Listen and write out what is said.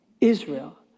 Israel